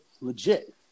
legit